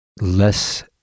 less